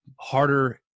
harder